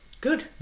Good